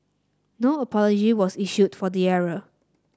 no apology was issued for the error